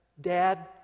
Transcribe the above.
Dad